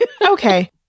Okay